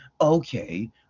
okay